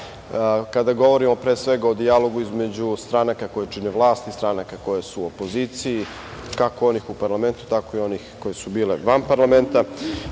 kada govorimo pre svega o dijalogu između stranaka koje čine vlast i stranaka koje su u opoziciji, kako onih u parlamentu, tako i onih koje su bile van parlamenta.